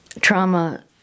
trauma